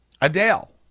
Adele